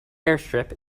airstrip